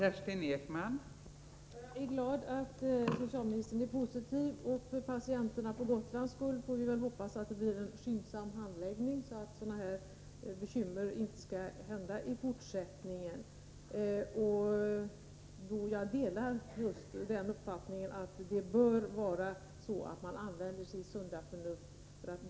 Fru talman! Jag är glad att socialministern är positiv. För patienternas på Gotland skull får vi väl hoppas att det blir en skyndsam handläggning, så att sådana här bekymmer inte skall uppstå i fortsättningen. Jag delar uppfattningen att man bör använda sitt sunda förnuft.